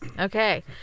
Okay